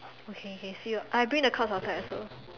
okay okay see you I bring the cards outside also